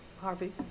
Harvey